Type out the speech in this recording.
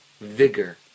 Vigor